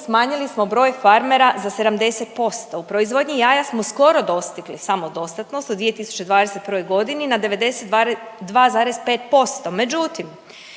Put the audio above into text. smanjili smo broj farmera za 70%. U proizvodnji jaja smo skoro dostigli samodostatnost u 2021. godini na 92,5%.